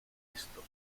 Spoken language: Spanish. estos